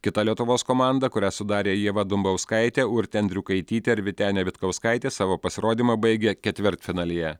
kita lietuvos komanda kurią sudarė ieva dumbauskaitė urtė andriukaitytė ir vytenė vitkauskaitė savo pasirodymą baigė ketvirtfinalyje